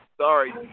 Sorry